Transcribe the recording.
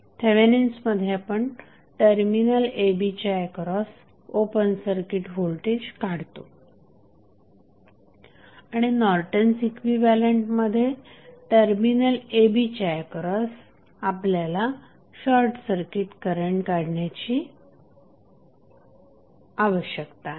थेवेनिन्समध्ये आपण terminal a b च्या across open circuit voltage काढतो आणि नॉर्टन्स इक्विव्हॅलंटमध्ये टर्मिनल a b च्या अक्रॉस आपल्याला शॉर्टसर्किट करंट करण्याची आवश्यकता आहे